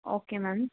okay ma'am